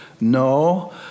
No